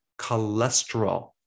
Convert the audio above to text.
cholesterol